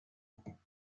española